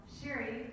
Sherry